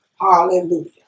Hallelujah